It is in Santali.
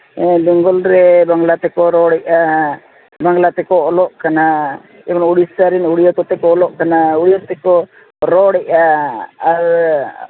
ᱵᱮᱝᱜᱚᱞ ᱨᱮ ᱵᱟᱝᱞᱟ ᱛᱮᱠᱚ ᱨᱚᱲᱮᱫᱼᱟ ᱵᱟᱝᱞᱟ ᱛᱮᱠᱚ ᱚᱞᱚᱜ ᱠᱟᱱᱟ ᱩᱲᱤᱥᱥᱟ ᱨᱮᱱ ᱩᱲᱤᱭᱟ ᱛᱮᱠᱚ ᱚᱞᱚᱜ ᱠᱟᱱᱟ ᱩᱲᱤᱭᱟ ᱛᱮᱠᱚ ᱨᱚᱲᱮᱫᱼᱟ ᱟᱨ